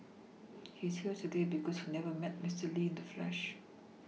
he is here today because he never met Mister Lee in the flesh